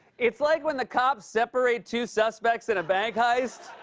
it's like when the cops separate two suspects in a bank heist,